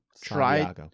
try